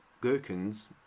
gherkins